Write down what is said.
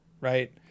right